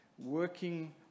working